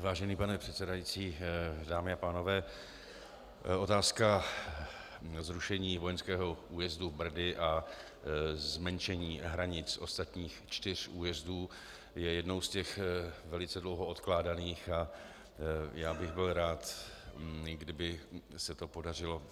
Vážený pane předsedající, dámy a pánové, otázka zrušení vojenského újezdu Brdy a zmenšení hranic ostatních čtyř újezdů je jednou z těch velice dlouho odkládaných a já bych byl rád, kdyby se to podařilo